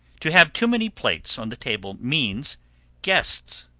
to have too many plates on the table means guests.